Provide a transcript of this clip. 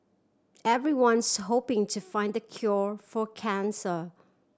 everyone's hoping to find the cure for cancer